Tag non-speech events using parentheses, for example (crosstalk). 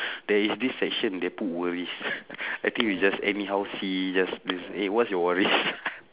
(breath) there is this section they put worries (laughs) I think you just anyhow see just this eh what's your worries (laughs)